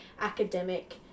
academic